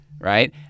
right